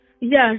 Yes